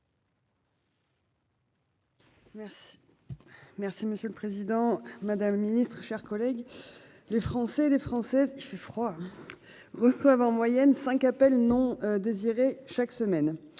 Merci. Merci monsieur le président, madame le Ministre, chers collègues. Les Français et les Françaises il fait froid. Reçoivent en moyenne 5 appels non désirés, chaque semaine,